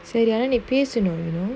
சரி ஆனா நீ பேசனு:sari aana nee pesanu you know